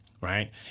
Right